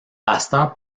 pasteur